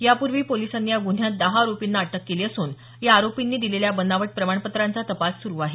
यापूर्वी पोलिसांनी या गुन्ह्यात दहा आरोपींना अटक केली असून या आरोपींनी दिलेल्या बनावट प्रमाणपत्रांचा तपास सुरू आहे